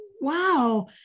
wow